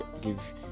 give